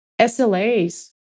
SLAs